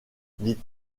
dit